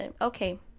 Okay